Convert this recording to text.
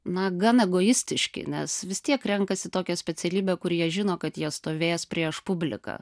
na gana egoistiški nes vis tiek renkasi tokią specialybę kur jie žino kad jie stovės prieš publiką